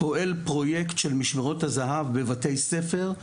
פועל פרויקט של משמרות הזהב בבתי ספר,